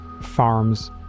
farms